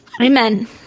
Amen